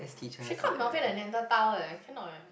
she called Melvin a neanderthal eh cannot eh